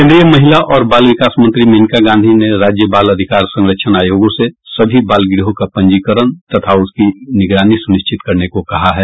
केंद्रीय महिला और बाल विकास मंत्री मेनका गांधी ने राज्य बाल अधिकार संरक्षण आयोगों से सभी बाल गृहों का पंजीकरण तथा उनकी निगरानी सुनिश्चित करने को कहा है